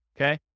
Okay